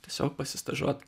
tiesiog pasistažuot